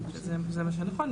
זה מה שנכון.